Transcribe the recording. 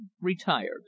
retired